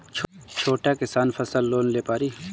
छोटा किसान फसल लोन ले पारी?